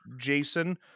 jason